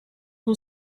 who